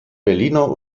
berliner